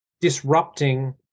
disrupting